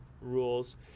Rules